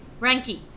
Ranky